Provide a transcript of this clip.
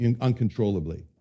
uncontrollably